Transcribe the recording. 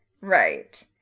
Right